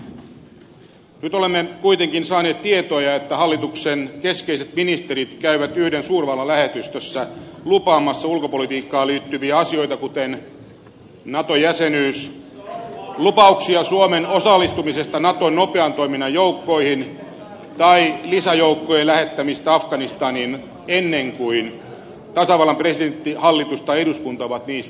nyt olemme kuitenkin saaneet tietoja että hallituksen keskeiset ministerit käyvät yhden suurvallan lähetystössä lupaamassa ulkopolitiikkaan liittyviä asioita kuten nato jäsenyyttä lupauksia suomen osallistumisesta naton nopean toiminnan joukkoihin tai lisäjoukkojen lähettämistä afganistaniin ennen kuin tasavallan presidentti hallitus tai eduskunta ovat niistä päättäneet